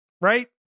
right